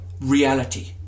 reality